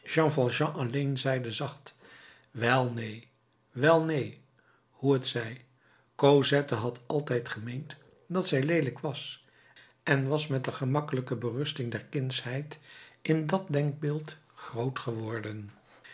alleen zeide zacht wel neen wel neen hoe het zij cosette had altijd gemeend dat zij leelijk was en was met de gemakkelijke berusting der kindsheid in dat denkbeeld groot geworden